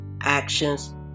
actions